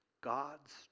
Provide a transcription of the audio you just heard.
God's